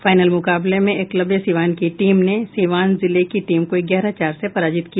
final मुकाबले में एकलव्य सीवान की टीम ने सीवान जिले की टीम को ग्यारह चार से पराजित किया